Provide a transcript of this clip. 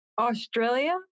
Australia